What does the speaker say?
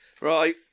Right